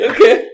Okay